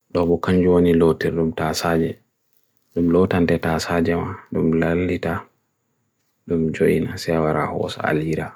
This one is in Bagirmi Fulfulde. Dabu kanjwani lotir, lum tasaje, lum lotan te tasaje man, lum lalita, lum joina sewa rahos alira.